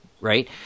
right